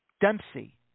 Dempsey